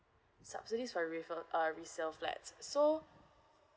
subsidies for resale uh resale flats so